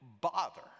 bother